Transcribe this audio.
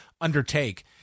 undertake